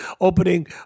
opening